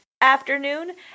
afternoon